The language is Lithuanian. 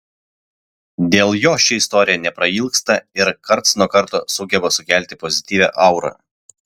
dėl jo ši istorija neprailgsta ir karts nuo karto sugeba sukelti pozityvią aurą